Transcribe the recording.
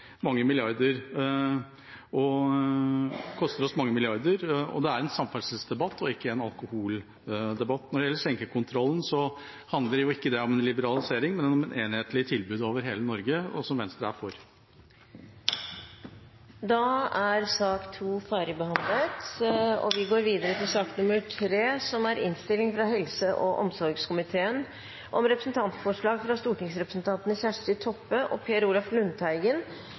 mange milliarder, og det er en samferdselsdebatt og ikke en alkoholdebatt. Når det gjelder skjenkekontrollen, handler jo ikke det om en liberalisering, men om et enhetlig tilbud over hele Norge, som Venstre er for. Flere har ikke bedt om ordet til sak nr. 2. Etter ønske fra helse- og omsorgskomiteen vil presidenten foreslå at taletiden blir begrenset til 5 minutter til hver partigruppe og